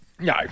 No